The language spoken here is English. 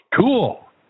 Cool